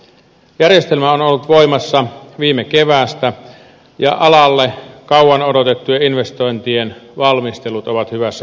järjestelmä on ollut voimassa viime keväästä ja alalle kauan odotettujen investointien valmistelut ovat hyvässä vauhdissa